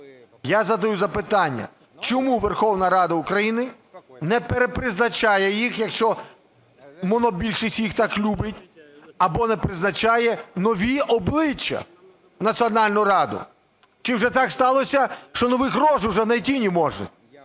Я задаю запитання. Чому Верховна Рада України не перепризначає їх, якщо монобільшість їх так любить, або не призначає нові обличчя в Національну раду? Чи вже так сталося, що нових рож уже найти не можете?